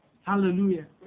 Hallelujah